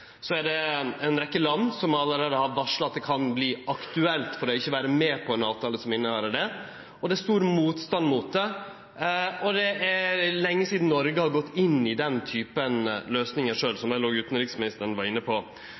er det ei rekkje land som allereie har varsla at det kan verte aktuelt for dei ikkje å vere med på ein avtale som inneber ein slik mekanisme, det er stor motstand mot det, og det er lenge sidan Noreg har gått inn i den typen løysingar sjølv, som vel òg utanriksministeren var inne på.